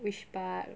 which part